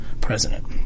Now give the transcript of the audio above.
president